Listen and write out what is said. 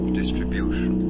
distribution